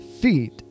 feet